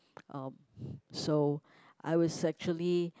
um so I was actually